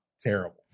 Terrible